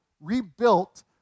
rebuilt